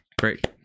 great